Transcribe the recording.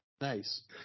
Nice